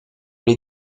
les